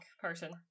person